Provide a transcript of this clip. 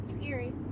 Scary